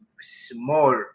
small